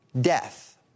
death